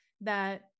that-